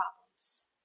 problems